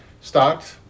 Start